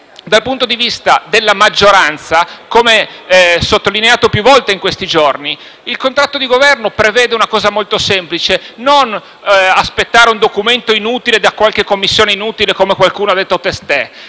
dal punto di vista della maggioranza, come sottolineato più volte in questi giorni, il contratto di Governo prevede una cosa molto semplice: non aspettare un documento inutile da qualche commissione inutile, come qualcuno ha detto testé,